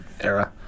era